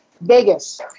Vegas